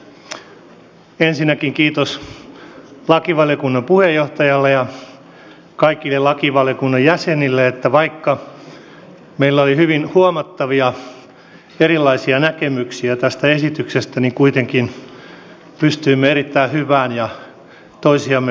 ensinnäkin kiitos lakivaliokunnan puheenjohtajalle ja kaikille lakivaliokunnan jäsenille siitä että vaikka meillä oli hyvin huomattavia erilaisia näkemyksiä tästä esityksestä niin kuitenkin pystyimme erittäin hyvään ja toisiamme kunnioittavaan keskusteluun